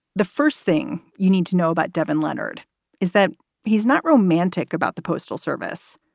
the first thing you need to know about devin leonard is that he's not romantic about the postal service.